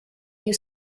you